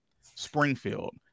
Springfield